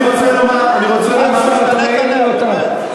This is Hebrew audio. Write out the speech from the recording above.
אותה עוד פעם,